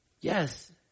Yes